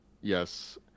yes